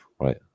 Right